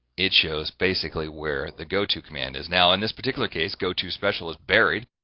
it shows basically where the go to' command is now in this particular case go to special is barred.